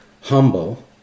humble